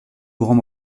grand